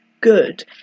good